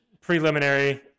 preliminary